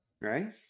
right